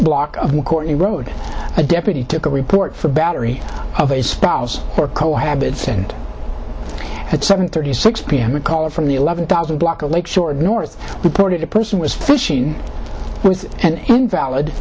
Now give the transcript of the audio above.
the court road a deputy took a report for battery of a spouse or cohabit said at seven thirty six pm a caller from the eleven thousand block of lake shore north reported a person was fishing with an invalid